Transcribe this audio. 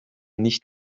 nicht